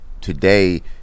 today